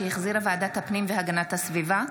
שהחזירה ועדת הפנים והגנת הסביבה.